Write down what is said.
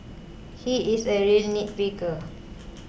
he is a real nitpicker